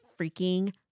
freaking